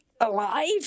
alive